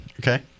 Okay